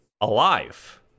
alive